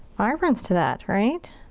vibrance to that, right?